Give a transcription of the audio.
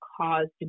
caused